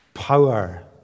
Power